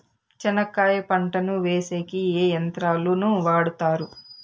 చెనక్కాయ పంటను వేసేకి ఏ యంత్రాలు ను వాడుతారు?